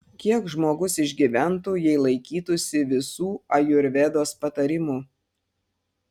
kiek žmogus išgyventų jei laikytųsi visų ajurvedos patarimų